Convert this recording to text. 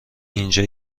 اینجا